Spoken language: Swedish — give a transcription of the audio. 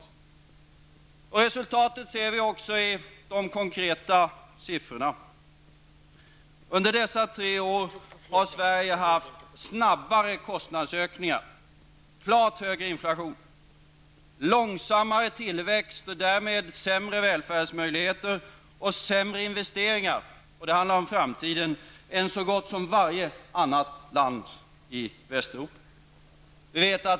Vi kan se resultatet av de konkreta siffrorna. Under dessa tre år har Sverige haft snabbare kostnadsökningar, klart högre inflation, långsammare tillväxt och därmed sämre välfärdsmöjligheter och lägre investeringar -- och det handlar om framtiden -- än så gott som varje annat land i Västeuropa.